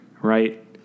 right